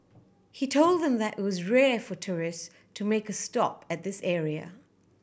he told them that it was rare for tourist to make a stop at this area